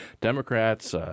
Democrats –